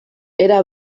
era